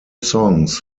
songs